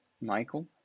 Michael